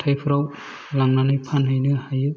हाथायफ्राव लांनानै फानहैनो हायो